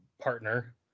partner